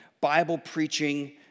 Bible-preaching